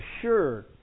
assured